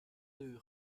deux